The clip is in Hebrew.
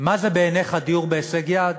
מה זה בעיניך דיור בהישג יד,